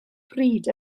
pryd